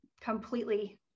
completely